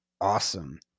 awesome